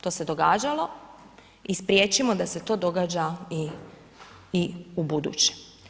To se događalo i spriječimo da se to događa i ubuduće.